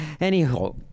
Anyhow